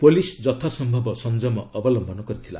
police ଯଥାସମ୍ଭବ ସଂଯମ ଅବଲୟନ କରିଥିଲା